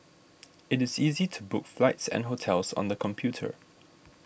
it is easy to book flights and hotels on the computer